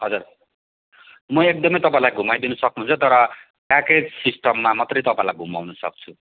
हजुर म एकदमै तपाईँलाई घुमाइदिन सक्छु तर प्याकेज सिस्टममा मात्रै तपाईँलाई घुमाउन सक्छु